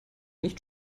nicht